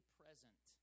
present